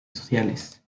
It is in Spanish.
sociales